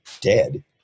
dead